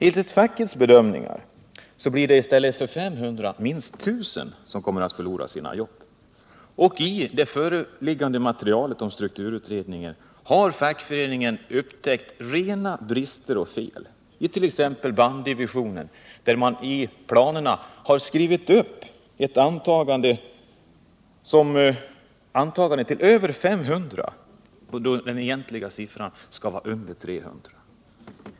Enligt fackets bedömningar kommer i stället för 500 minst 1 0f0 personer att förlora sina arbeten. I det föreliggande materialet om strukturutredningen har fackföreningen upptäckt rena brister och fel, t.ex. beträffande banddivisionen, där man i planerna har angett siffran 500, trots att den egentligen bör vara mindre än 300.